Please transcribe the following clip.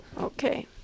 Okay